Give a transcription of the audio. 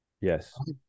Yes